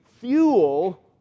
fuel